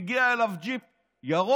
מגיע אליו ג'יפ ירוק,